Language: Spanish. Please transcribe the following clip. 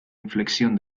inflexión